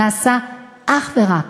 נעשה אך ורק